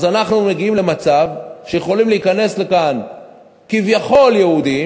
אז אנחנו מגיעים למצב שיכולים להיכנס לכאן כביכול יהודים,